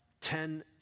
ten